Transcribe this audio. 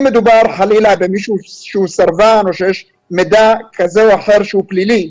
אם מדובר חלילה במישהו שהוא סרבן או שיש מידע כזה או אחר שהוא פלילי,